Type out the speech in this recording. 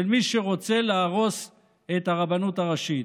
של מי שרוצה להרוס את הרבנות הראשית.